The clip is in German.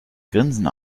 grinsen